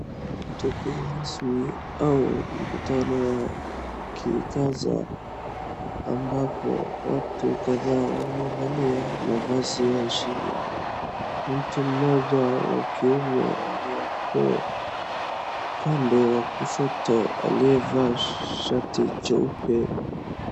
Tukio rasmi au mkutano wa kikazi ambapo watu kadhaa wamevalia mavazi ya heshima. Mtu mmoja wa kiume walioko upande wa kushoto aliyevaa shati jeupe.